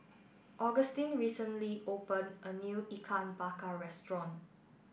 Agustin recently opened a new Ikan Bakar Restaurant